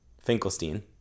Finkelstein